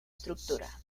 estructura